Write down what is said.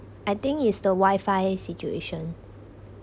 I think is the WIFI situation